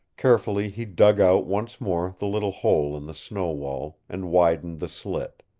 carefully he dug out once more the little hole in the snow wall, and widened the slit.